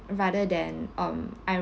rather than um I